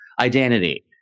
identity